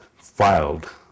filed